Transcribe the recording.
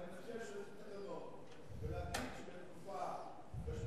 אני מציע גם לשנות את התקנון ולהגיד שבשעות שבהן